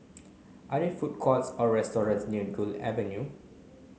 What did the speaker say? are there food courts or restaurants near Gul Avenue